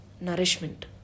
nourishment